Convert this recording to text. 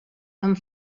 amb